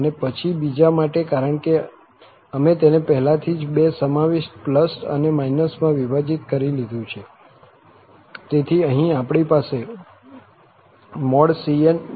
અને પછી બીજા માટે કારણ કે અમે તેને પહેલેથી જ બે સમાવિષ્ટ અને માં વિભાજિત કરી દીધું છે તેથી અહીં આપણી પાસે c n2 છે